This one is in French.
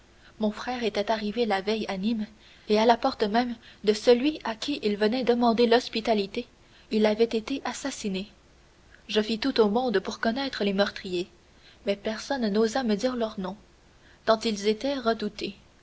mon frère était arrivé la veille à nîmes et à la porte même de celui à qui il venait demander l'hospitalité il avait été assassiné je fis tout au monde pour connaître les meurtriers mais personne n'osa me dire leurs noms tant ils étaient redoutés